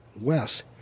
west